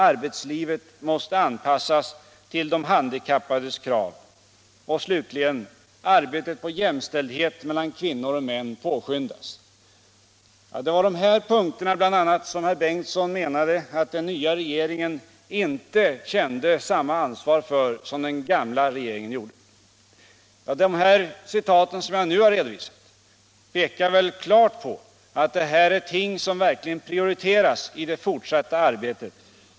Arbetslivet måste anpassas till de handikappades krav.” Slutligen: ” Arbetet på jämställdhet mellan kvinnor och män påskyndas.” Det var bl.a. de här punkterna som herr Bengtsson menade att den nya regeringen inte kände samma ansvar för som den gamla regeringen gjorde. De citat som jag nu har gjort pekar klart på att det här är ting som verkligen prioriteras i det fortsatta arbetet.